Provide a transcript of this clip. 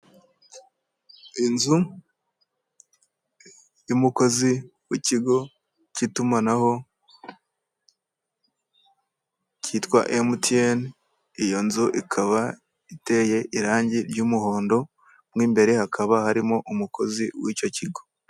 Inzu y'umukozi w'ikigo cy'itumanaho cyitwa Emutiyeni, iyo nzu ikaba iteye irangi ry'umuhondo mo imbere hakaba harimo umukozi w'icyo kigo.